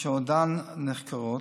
אשר עודן נחקרות,